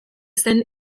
zen